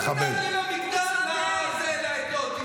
תגיד, למה אתם לא מקבלים נשים למפלגה שלכם?